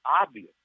obvious